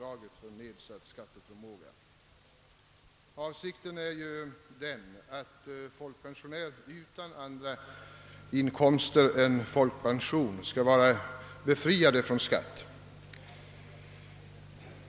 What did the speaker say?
Avsikten är den att folkpensionär utan andra inkomster än folkpension skall vara befriad från skatt.